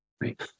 right